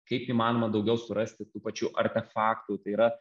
kaip įmanoma daugiau surasti tų pačių artefaktų tai yra